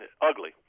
ugly